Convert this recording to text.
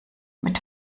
mit